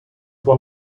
one